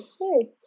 Okay